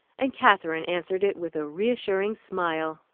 and katherine answered it with a reassuring smile.